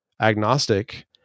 agnostic